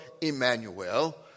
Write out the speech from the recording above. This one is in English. Emmanuel